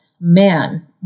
Man